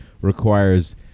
requires